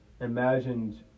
imagined